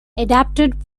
adapted